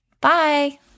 Bye